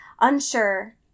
Unsure